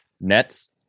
Nets